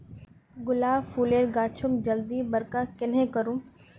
गुलाब फूलेर गाछोक जल्दी बड़का कन्हे करूम?